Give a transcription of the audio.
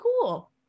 cool